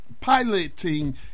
piloting